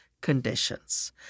conditions